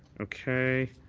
okay.